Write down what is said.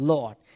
Lord